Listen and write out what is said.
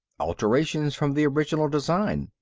alterations from the original design.